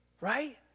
Right